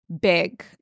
big